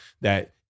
that-